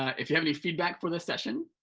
if you have any feedback for this session,